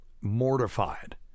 mortified